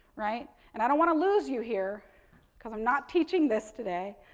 right, and i don't want to lose you here because i'm not teaching this today,